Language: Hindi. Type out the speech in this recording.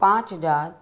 पाँच हज़ार